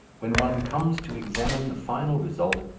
when one comes to examine the final result,